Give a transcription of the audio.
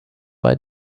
bei